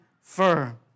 firm